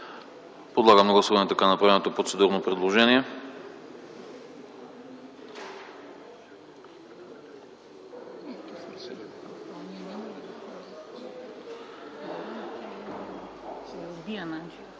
Подлагам на гласуване така направеното процедурно предложение.